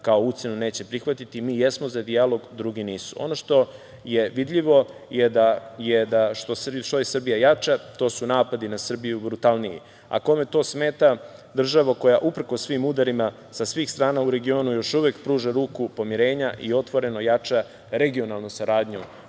kao ucenu neće prihvatiti. Mi jesmo za dijalog, drugi nisu. Ono što je vidljivo je da što je Srbija jača, to su napadi na Srbiju brutalniji. A kome to smeta država koja, uprkos svim udarima sa svih strana u regionu, još uvek pruža ruku pomirenja i otvoreno jača regionalnu saradnju,